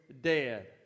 dead